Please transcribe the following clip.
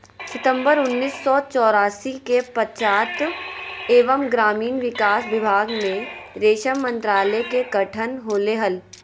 सितंबर उन्नीस सो चौरासी के पंचायत एवम ग्रामीण विकास विभाग मे रेशम मंत्रालय के गठन होले हल,